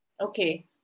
Okay